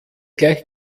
gleich